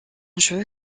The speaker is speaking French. jeu